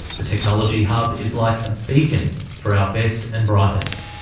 the technology hub is like a beacon for our best and brightest.